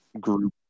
group